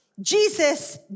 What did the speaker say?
Jesus